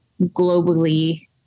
globally